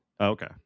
Okay